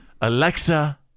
Alexa